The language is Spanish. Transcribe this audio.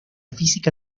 física